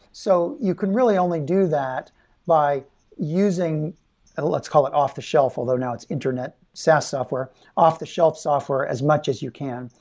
so you can really only do that by using let's call it off the shelf, although now it's internet sas software off the shelf software as much as you can.